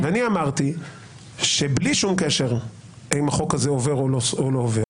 אני אמרתי שבלי שום קשר אם החוק הזה עובר או לא עובר,